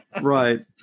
right